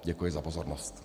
Děkuji za pozornost.